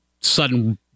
sudden